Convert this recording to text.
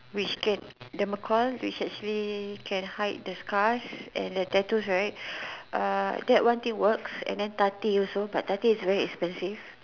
which can the which actually can hide the scars and the tattoos right uh that one thing works and tati also but tati is very expensive